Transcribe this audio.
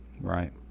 Right